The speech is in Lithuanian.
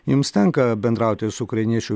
jums tenka bendrauti su ukrainiečių